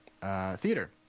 Theater